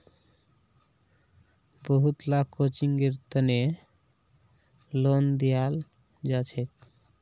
बहुत ला कोचिंगेर तने लोन दियाल जाछेक